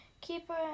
keeper